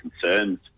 concerns